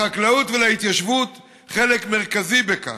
לחקלאות ולהתיישבות חלק מרכזי בכך.